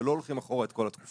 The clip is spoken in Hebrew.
ולא הולכים אחורה את כל התקופה.